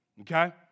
okay